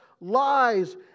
lies